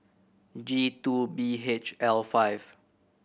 G Two B H L five